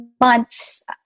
months